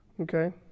Okay